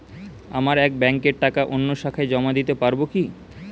আমার এক ব্যাঙ্কের টাকা অন্য শাখায় জমা দিতে পারব কি?